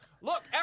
look